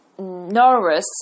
nervous